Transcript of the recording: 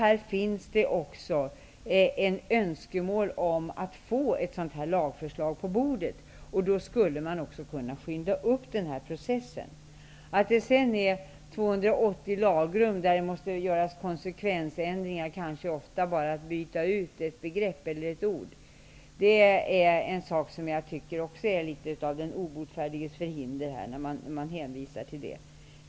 Det finns också önskemål om att att få ett lagförslag på bordet. Man borde därför kunna skynda på processen. Att hänvisa till att finns 280 lagrum i vilka man måste göra konsekvensändringar -- i det flesta fall kanske enbart byta ut ett begrepp eller ett ord -- är också något av den obotfärdiges förhinder.